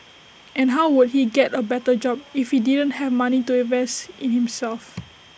and how would he get A better job if he didn't have money to invest in himself